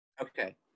Okay